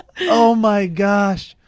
oh my gosh.